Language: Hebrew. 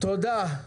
תודה.